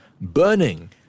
burning